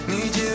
Need